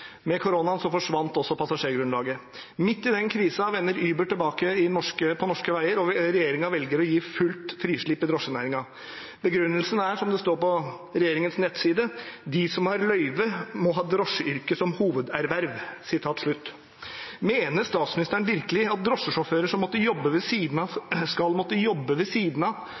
forsvant også passasjergrunnlaget. Midt i den krisen vender Uber tilbake på norske veier, og regjeringen velger å gi fullt frislipp i drosjenæringen. Begrunnelsen er, som det står på regjeringens nettside: «De som har løyve må ha drosjeyrket som hovederverv Mener statsministeren virkelig at drosjesjåfører skal måtte jobbe ved siden av